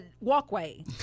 walkway